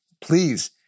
Please